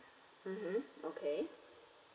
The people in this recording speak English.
mmhmm okay